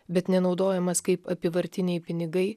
bet nenaudojamas kaip apyvartiniai pinigai